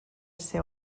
ser